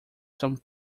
some